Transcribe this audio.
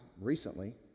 recently